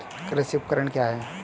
कृषि उपकरण क्या है?